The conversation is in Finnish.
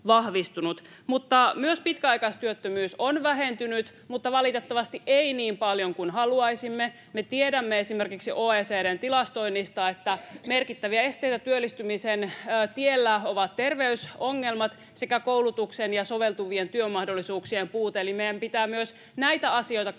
Myös pitkäaikaistyöttömyys on vähentynyt, mutta valitettavasti ei niin paljon kuin haluaisimme. Me tiedämme esimerkiksi OECD:n tilastoinnista, että merkittäviä esteitä työllistymisen tiellä ovat terveysongelmat sekä koulutuksen ja soveltuvien työmahdollisuuksien puute, eli meidän pitää myös näitä asioita katsoa,